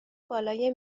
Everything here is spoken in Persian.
بالای